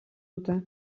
dute